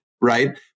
right